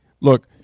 look